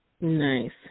Nice